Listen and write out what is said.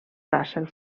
russell